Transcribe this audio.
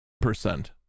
percent